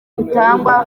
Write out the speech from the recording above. butanga